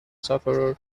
sufferer